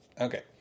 Okay